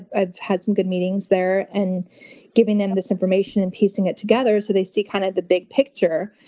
i've had some good meetings there, and giving them this information and piecing it together so they see kind of the big picture.